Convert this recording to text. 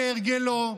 כהרגלו,